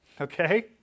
Okay